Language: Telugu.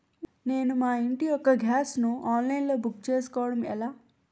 నేను మా ఇంటి యెక్క గ్యాస్ ను ఆన్లైన్ లో బుక్ చేసుకోవడం ఎలా?